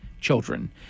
children